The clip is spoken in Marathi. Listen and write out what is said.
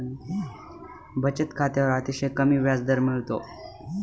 बचत खात्यावर अतिशय कमी व्याजदर मिळतो